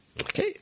Okay